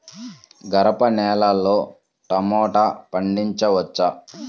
గరపనేలలో టమాటా పండించవచ్చా?